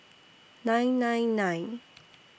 nine nine nine